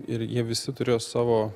ir jie visi turėjo savo